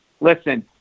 listen